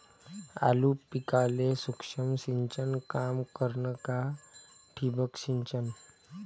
आलू पिकाले सूक्ष्म सिंचन काम करन का ठिबक सिंचन?